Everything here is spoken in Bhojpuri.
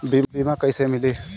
बीमा कैसे मिली?